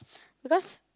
because